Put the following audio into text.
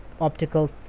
optical